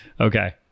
Okay